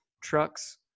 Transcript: Trucks